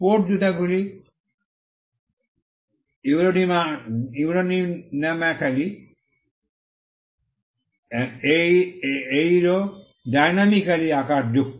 sport জুতাগুলি aerodynamically আকারযুক্ত